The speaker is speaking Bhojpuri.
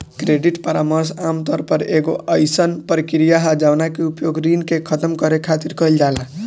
क्रेडिट परामर्श आमतौर पर एगो अयीसन प्रक्रिया ह जवना के उपयोग ऋण के खतम करे खातिर कईल जाला